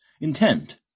intent